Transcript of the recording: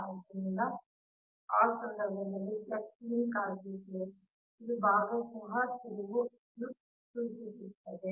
ಆದ್ದರಿಂದ ಆ ಸಂದರ್ಭದಲ್ಲಿ ಫ್ಲಕ್ಸ್ ಲಿಂಕ್ ಆಗಿರುತ್ತದೆ ಇದು ಭಾಗಶಃ ತಿರುವು ಆಗಿರುತ್ತದೆ